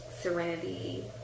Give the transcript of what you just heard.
serenity